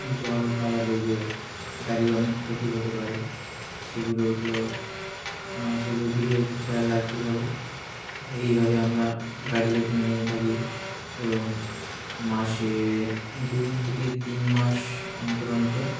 জল কাদা লেগে গাড়ির অনেক ক্ষতি হতে পারে সেগুলো তো সেগুলোর দিকে একটু খেয়াল রাখতেই হবে এইভাবে আমরা গাড়ির যত্ন নিয়ে থাকি এবং মাসে দু থেকে তিন মাস অন্তর অন্তর